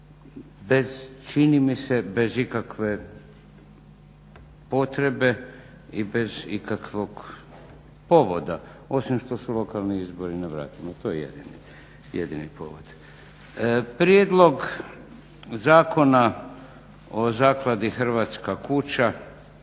bez, čini mi se, bez ikakve potrebe i bez ikakvog povoda osim što su lokalni izbori na vratima, to je jedini povod. Prijedlog Zakona o Zakladi "Hrvatska kuća